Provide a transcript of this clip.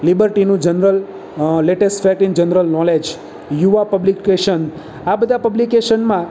લિબર્ટીનું general latest fact in general knowledge Yuva publication આ બધા પબ્લીકેશનમાં